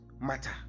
matter